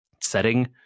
setting